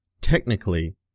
technically